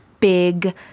big